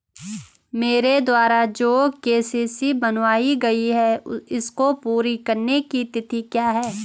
मेरे द्वारा जो के.सी.सी बनवायी गयी है इसको पूरी करने की तिथि क्या है?